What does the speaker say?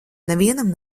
nevienam